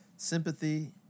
Sympathy